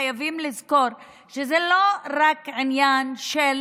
חייבים לזכור שזה לא רק עניין של